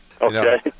Okay